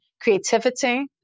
creativity